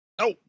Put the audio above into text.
No